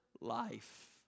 life